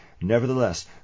Nevertheless